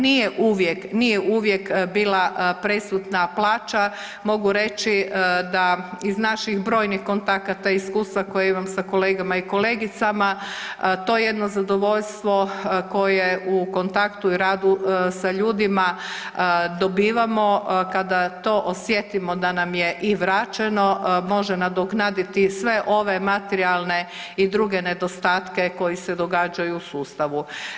Nije uvijek, nije uvijek bila presudna plaća mogu reći da iz naših brojnih kontakata i iskustva koja imam sa kolegama i kolegicama, to jedno zadovoljstvo koje u kontaktu i radu sa ljudima dobivamo kada to osjetimo da nam je i vraćeno može nadoknaditi sve ove materijalne i druge nedostatke koji se događaju u sustavu.